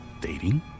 dating